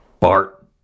Bart